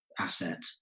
asset